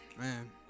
man